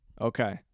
Okay